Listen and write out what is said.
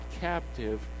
captive